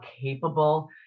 capable